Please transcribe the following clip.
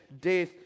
death